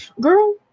Girl